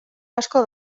asko